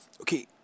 okay